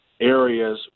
areas